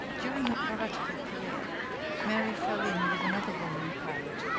during her piratical career mary fell in with another woman pirate,